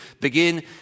begin